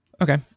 Okay